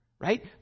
Right